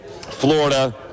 Florida